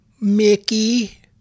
Mickey